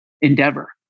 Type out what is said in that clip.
endeavor